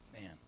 man